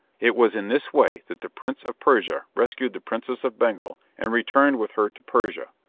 it was in this way that the prince of persia rescued the princess of bengal, and returned with her to persia,